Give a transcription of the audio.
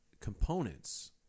components